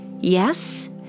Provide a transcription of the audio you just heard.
yes